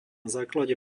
základe